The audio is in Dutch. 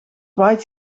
white